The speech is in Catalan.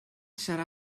serà